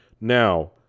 Now